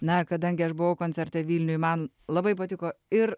na kadangi aš buvau koncerte vilniuj man labai patiko ir